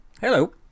Hello